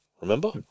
remember